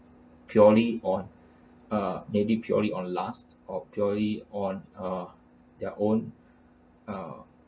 purely on uh maybe purely on lust or purely on uh their own uh